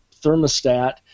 thermostat